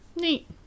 Neat